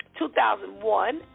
2001